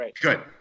good